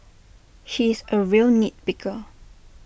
he is A real nit picker